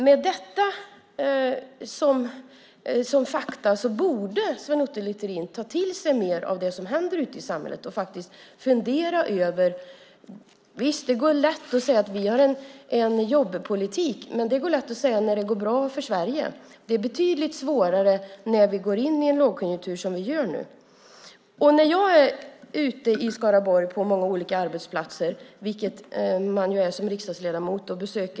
Med dessa fakta borde Sven Otto Littorin ta till sig mer av det som händer ute i samhället och fundera på det. Visst, det är lätt att säga: Vi har en jobbpolitik. Det är det lätt att säga när det går bra för Sverige. Det är betydligt svårare när vi, som vi nu gör, går in i en lågkonjunktur. Jag är ute på många olika arbetsplatser i Skaraborg. Som riksdagsledamot gör man ju olika besök.